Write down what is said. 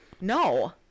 No